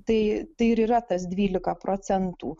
tai tai ir yra tas dvylika procentų